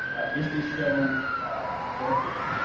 is this show working?